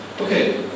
Okay